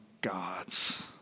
God's